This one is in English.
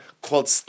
called